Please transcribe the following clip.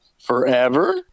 forever